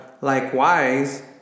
Likewise